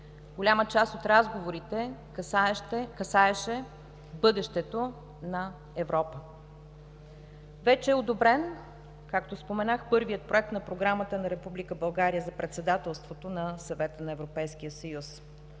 Голяма част от разговорите, касаеха бъдещето на Европа. Вече е одобрен, както споменах, първият Проект на програмата на Република България за председателството на Съвета на